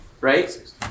Right